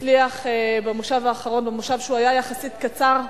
הצליח במושב האחרון, במושב שהיה יחסית קצר,